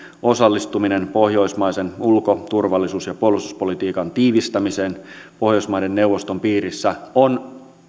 osallistuminen pohjoismaisen ulko turvallisuus ja puolustuspolitiikan tiivistämiseen pohjoismaiden neuvoston piirissä on